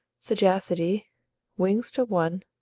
sagacity wings to one,